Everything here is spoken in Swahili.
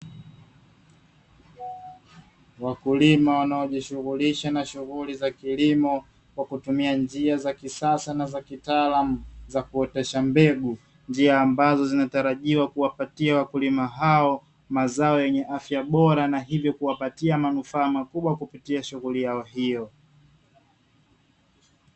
Wakulima wanaojihusisha na shughuli za kilimo kwa kutumia njia za kisasa na kitaalamu zakuotesha mbegu, njia ambazo zinatarajiwa kuwapatia wakulima hao mazao yenye afya bora na hivyo kuwapatia manufa makubwa kupitia shughuli hiyo.